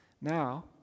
Now